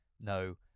no